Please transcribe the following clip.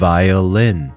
Violin